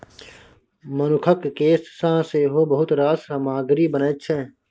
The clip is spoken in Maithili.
मनुखक केस सँ सेहो बहुत रास सामग्री बनैत छै